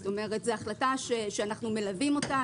זאת אומרת, זאת החלטה שאנחנו מלווים אותה.